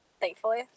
Thankfully